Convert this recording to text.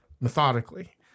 methodically